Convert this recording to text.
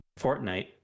Fortnite